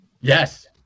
Yes